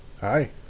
Hi